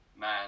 man